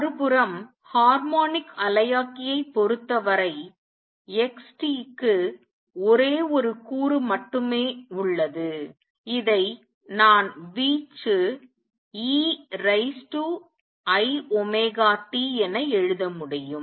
மறுபுறம் ஹார்மோனிக் அலையாக்கியைப் பொறுத்தவரை x t க்கு ஒரே ஒரு கூறு மட்டுமே உள்ளது இதை நான் வீச்சு e raise to i omega t என எழுத முடியும்